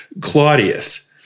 Claudius